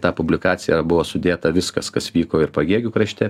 tą publikaciją buvo sudėta viskas kas vyko ir pagėgių krašte